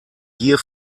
gier